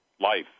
life